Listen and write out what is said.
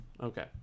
Okay